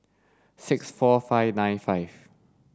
six four five nine five